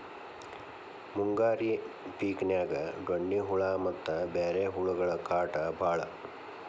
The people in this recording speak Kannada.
ಮುಂಗಾರಿ ಪಿಕಿನ್ಯಾಗ ಡೋಣ್ಣಿ ಹುಳಾ ಮತ್ತ ಬ್ಯಾರೆ ಹುಳಗಳ ಕಾಟ ಬಾಳ